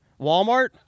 Walmart